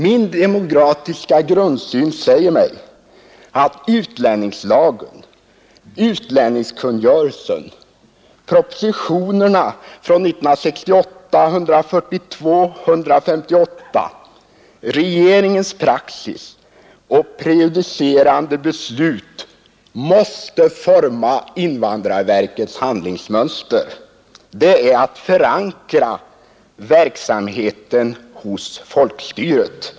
Min demokratiska grundsyn säger mig att utlänningslagen, utlänningskungörelsen och propositionerna 142 och 158 år 1968 samt regeringens praxis och prejudicerande beslut måste forma invandrarverkets handlingsmönster. Det är att förankra verksamheten hos folkstyret.